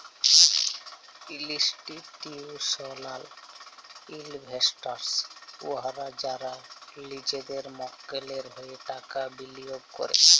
institutional investors উয়ারা যারা লিজেদের মক্কেলের হঁয়ে টাকা বিলিয়গ ক্যরে